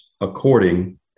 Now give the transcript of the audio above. according